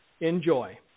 enjoy